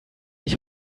ich